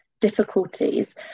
difficulties